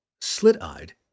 Slit-eyed